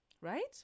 right